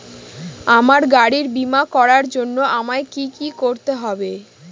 আমার গাড়ির বীমা করার জন্য আমায় কি কী করতে হবে?